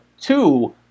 two